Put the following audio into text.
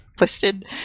listed